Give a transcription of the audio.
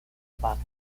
pata